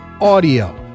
audio